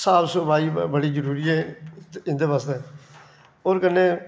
साफ सफाई बड़ी जरूरी ऐ इं'दे बास्तै होर कन्नै